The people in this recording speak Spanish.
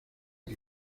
que